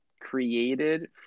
created